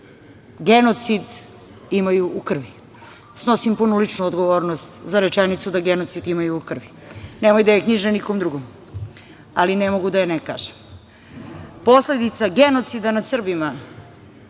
genocid imaju u krvi. Snosim punu ličnu odgovornost za rečenicu - da genocid imaju u krvi. Nemaju da je knjiže nekom drugom, ali ne mogu da je ne kažem. Posledica genocida nad Srbima